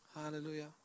Hallelujah